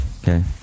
okay